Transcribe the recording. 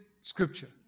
Scripture